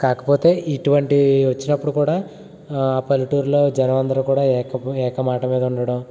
కాకపోతే ఇటువంటివి వచ్చినపుడు కూడా ఆ పల్లెటూరులో జనం అందరు కూడా ఏక ఏక మాట మీద ఉండడం